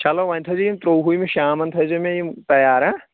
چلو وۄنۍ تھٲوِزیٚو یِم ترٛۆوُہمہِ شامَن تھٲوِزیٚو مےٚ یِم تَیار ہاں